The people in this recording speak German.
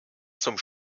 zum